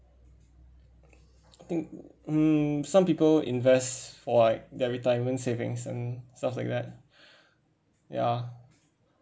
I think mm some people invest for like their retirement savings and stuff like that ya